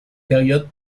périodes